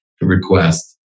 request